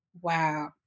Wow